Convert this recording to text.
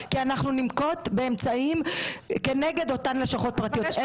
כי אנחנו ננקוט באמצעים כנגד אותן לשכות פרטיות.